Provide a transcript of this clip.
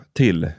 till